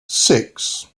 six